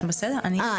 אהה,